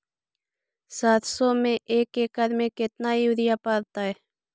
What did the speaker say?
सरसों में एक एकड़ मे केतना युरिया पड़तै?